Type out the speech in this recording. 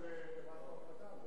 הנהג הוא לא של חברת כוח-אדם.